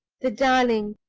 the darling!